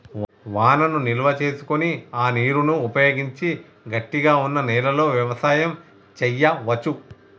వానను నిల్వ చేసుకొని ఆ నీరును ఉపయోగించి గట్టిగ వున్నా నెలలో వ్యవసాయం చెయ్యవచు